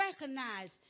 recognize